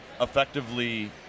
effectively